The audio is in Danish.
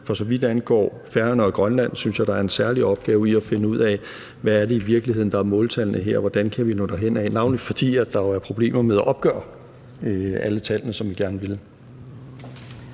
For så vidt angår Færøerne og Grønland, synes jeg, at der er en særlig opgave i at finde ud af, hvad det i virkeligheden er, der er måltallene her, og hvordan vi kan nå derhenad, navnlig fordi der jo er problemer med at opgøre alle tallene, som vi gerne ville.